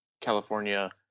California